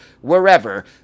wherever